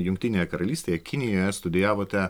jungtinėje karalystėje kinijoje studijavote